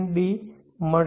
મળશે